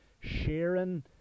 sharing